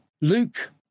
Luke